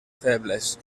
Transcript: febles